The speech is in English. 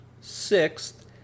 Sixth